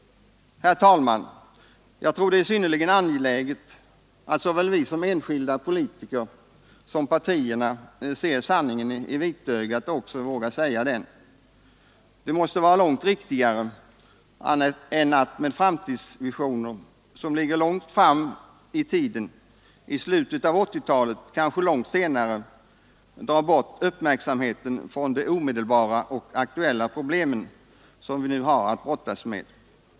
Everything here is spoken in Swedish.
Herr talman! Jag tror det är synnerligen angeläget att såväl vi såsom enskilda politiker som partierna ser sanningen i vitögat och också vågar säga den. Det måste vara långt riktigare än att med framtidsvisioner som ligger långt fram i tiden — slutet av 1980-talet eller kanske senare — dra bort uppmärksamheten från de omedelbara och aktuella problem som vi nu har att brottas med.